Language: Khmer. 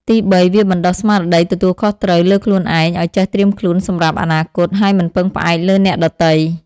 ទីបី វាបណ្តុះស្មារតីទទួលខុសត្រូវលើខ្លួនឯង ឲ្យចេះត្រៀមខ្លួនសម្រាប់អនាគត ហើយមិនពឹងផ្អែកលើអ្នកដទៃ។